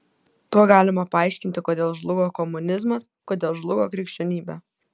tuo galima paaiškinti kodėl žlugo komunizmas kodėl žlugo krikščionybė